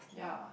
yeah